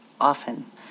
often